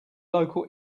local